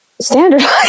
standardized